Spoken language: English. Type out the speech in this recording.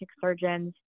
surgeons